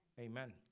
Amen